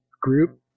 group